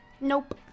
Nope